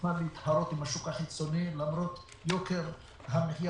שנוכל להתחרות עם השוק החיצוני למרות יוקר המחיה